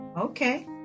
okay